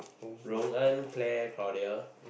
Rong En Claire Claudia